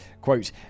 Quote